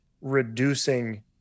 reducing